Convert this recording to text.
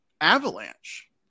avalanche